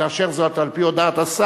גם על-פי דעת הממשלה וגם על דעת